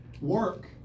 work